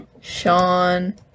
Sean